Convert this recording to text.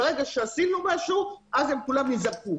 ברגע שעשינו משהו, כולם נזעקו.